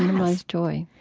minimize joy